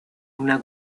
una